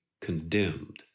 condemned